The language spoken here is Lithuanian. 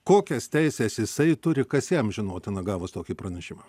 kokias teises jisai turi kas jam žinotina gavus tokį pranešimą